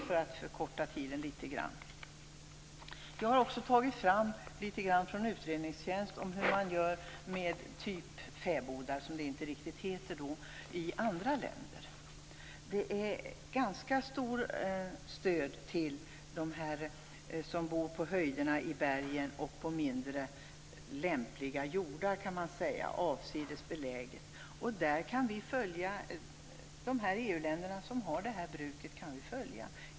Jag har med utredningstjänstens hjälp tagit fram litet upplysningar om hur man gör med bruk av fäbodstyp - det heter ju inte riktigt så där - i andra länder. Det finns ett ganska stort stöd till dem som bor på höjderna i bergen och på mindre lämpliga, avsides belägna, jordar. Sverige kan följa de EU-länder som har det här bruket.